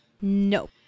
No